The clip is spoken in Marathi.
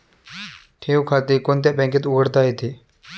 ठेव खाते कोणत्या बँकेत उघडता येते?